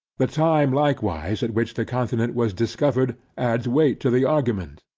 the time likewise at which the continent was discovered, adds weight to the argument,